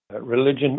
Religion